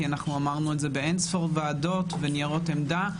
כי אנחנו אמרנו את זה באין ספור ועדות וניירות עמדה,